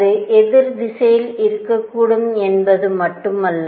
அது எதிர் திசையில் இருக்கக்கூடும் என்பது மட்டுமல்ல